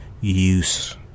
use